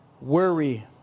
Worry